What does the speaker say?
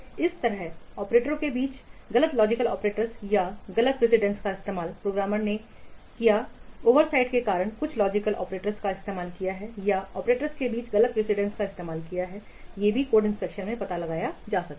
इसी तरह ऑपरेटरों के बीच गलत लॉजिकल ऑपरेटर्स या गलत प्रेसीडेंट का इस्तेमाल प्रोग्रामर ने किस ओवरसाइट के कारण कुछ गलत लॉजिकल ऑपरेटर्स का इस्तेमाल किया है या ऑपरेटर्स के बीच गलत प्रेसीडेंट का इस्तेमाल किया है यह भी कोड इंस्पेक्शन के दौरान पता लगाया जा सकता है